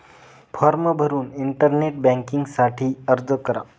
form भरून internet banking साठी अर्ज करा